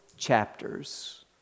chapters